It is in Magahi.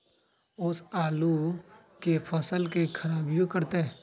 ओस आलू के फसल के खराबियों करतै?